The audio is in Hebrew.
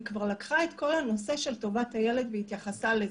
היא כבר לקחה את כל הנושא של טובת הילד והתייחסה לזה.